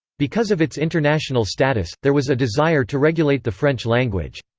because of its international status, there was a desire to regulate the french language.